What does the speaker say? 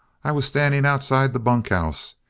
i was standing outside the bunkhouse.